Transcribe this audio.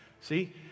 See